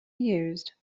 used